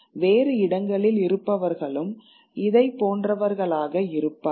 வேறு இடங்களில் இருப்பவர்களும் இதேபோன்றவர்களாக இருப்பார்கள்